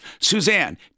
Suzanne